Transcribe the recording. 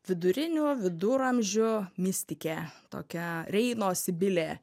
vidurinių viduramžių mistikė tokia reino sibilė